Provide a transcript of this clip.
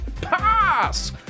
pass